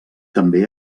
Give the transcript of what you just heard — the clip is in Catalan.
també